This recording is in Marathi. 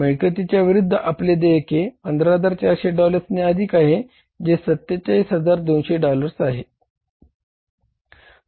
मिळकतीच्या विरुद्ध आपले देयके 15400 डॉलर्सने अधिक आहे जे 47200 डॉलर्स आहे